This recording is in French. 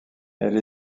elle